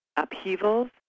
upheavals